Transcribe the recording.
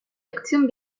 auction